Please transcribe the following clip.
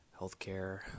healthcare